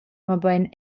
mobein